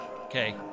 Okay